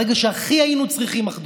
ברגע שהכי היינו צריכים אחדות,